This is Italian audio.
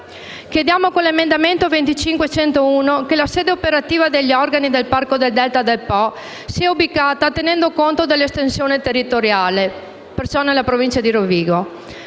regionali. Con l’emendamento 25.101 chiediamo che la sede operativa degli organi del Parco del Delta del Po sia ubicata tenendo conto dell’estensione territoriale e, quindi, nella Provincia di Rovigo.